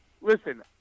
listen